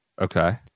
Okay